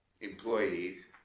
employees